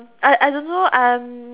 I I don't know I'm